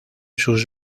sus